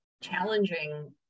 challenging